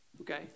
okay